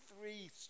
three